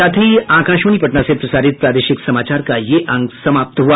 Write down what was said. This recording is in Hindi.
इसके साथ ही आकाशवाणी पटना से प्रसारित प्रादेशिक समाचार का ये अंक समाप्त हुआ